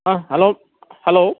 hello hello